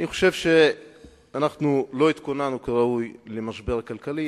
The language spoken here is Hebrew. אני חושב שלא התכוננו כראוי למשבר הכלכלי,